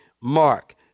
Mark